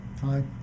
hi